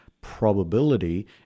probability